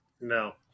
no